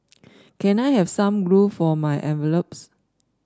can I have some glue for my envelopes